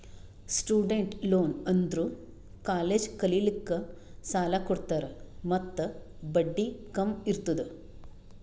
student loan ಅಂದುರ್ college ಕಲಿಲ್ಲಾಕ್ಕ್ ಸಾಲ ಕೊಡ್ತಾರ ಮತ್ತ ಬಡ್ಡಿ ಕಮ್ ಇರ್ತುದ್